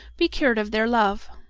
be cured of their love.